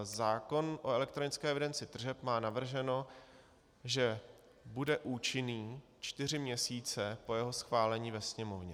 Zákon o elektronické evidenci tržeb má navrženo, že bude účinný čtyři měsíce po jeho schválení ve Sněmovně.